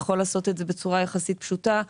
יכול לעשות את זה בצורה יחסית פשוטה.